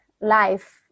life